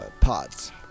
pods